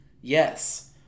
Yes